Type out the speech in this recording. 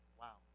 wow